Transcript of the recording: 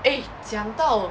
eh 讲到